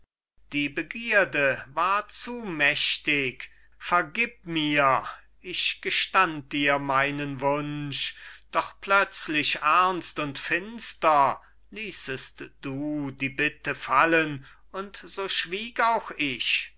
die begierde war zu mächtig vergib mir ich gestand dir meinen wunsch doch plötzlich ernst und finster ließest du die bitte fallen und so schwieg auch ich